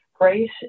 Grace